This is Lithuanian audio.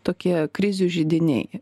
tokie krizių židiniai